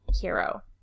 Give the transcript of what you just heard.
hero